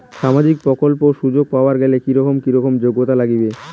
সামাজিক প্রকল্পের সুযোগ পাবার গেলে কি রকম কি রকম যোগ্যতা লাগিবে?